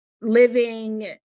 living